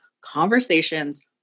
conversations